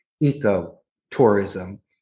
eco-tourism